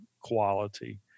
quality